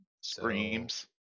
Screams